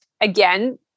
again